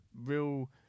real